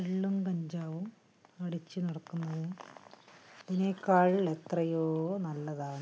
കള്ളും കഞ്ചാവും അടിച്ച് നടക്കുന്നതും അതിനേക്കാൾ എത്രയോ നല്ലതാണ്